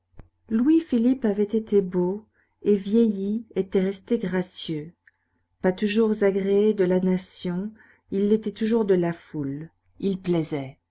louis-philippe avait été beau et vieilli était resté gracieux pas toujours agréé de la nation il l'était toujours de la foule il plaisait